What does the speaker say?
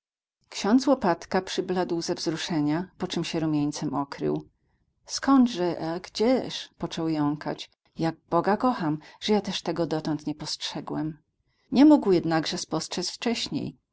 ksiądz łopatka przybladł ze wzruszenia po czym się rumieńcem okrył skądże gdzież począł jąkać jak boga kocham że ja też dotąd tego nie spostrzegłem nie mógł jednakże spostrzec wcześniej